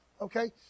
Okay